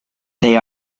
they